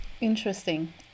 Interesting